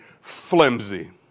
flimsy